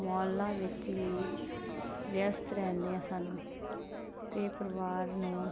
ਮਾਲਾਂ ਵਿੱਚ ਹੀ ਵਿਅਸਤ ਰਹਿੰਦੀਆਂ ਸਨ ਅਤੇ ਪਰਿਵਾਰ ਨੂੰ